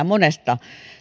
monesta